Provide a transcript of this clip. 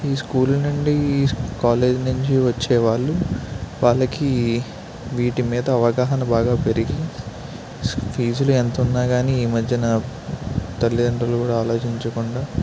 ఈ స్కూలు నుండి కాలేజీ నుంచి వచ్చేవాళ్ళు వాళ్ళకి వీటి మీద అవగాహన బాగా పెరిగి ఫీజులు ఎంతున్నా కానీ ఈ మధ్యన తల్లిదండ్రులు కూడా ఆలోచించకుండా